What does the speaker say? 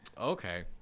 Okay